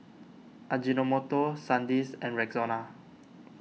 Ajinomoto Sandisk and Rexona